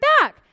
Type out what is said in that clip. back